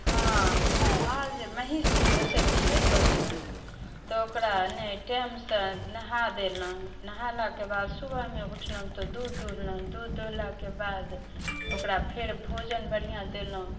हँ माल जे महीँस जे पोसै छिए पशु तऽ ओकरा ने टाइमसँ नहा देलहुँ नहेलाके बाद सुबहमे उठलहुँ तऽ दूध दुहलहुँ दूध दुहलाके बाद ओकरा फेर भोजन बढ़िआँ देलहुँ